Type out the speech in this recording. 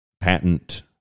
patent